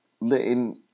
letting